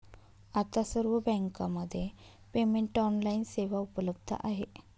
आता सर्व बँकांमध्ये पेमेंट ऑनलाइन सेवा उपलब्ध आहे